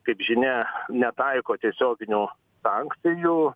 kaip žinia netaiko tiesioginių sankcijų